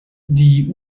die